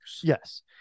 Yes